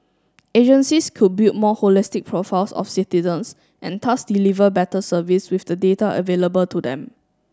agencies could build more holistic profiles of citizens and thus deliver better service with the data available to them